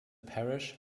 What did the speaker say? parish